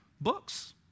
Books